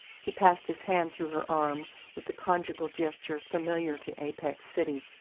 he passed his hand through her arm with the conjugal gesture familiar to apex city.